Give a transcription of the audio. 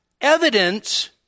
evidence